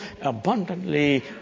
abundantly